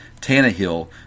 Tannehill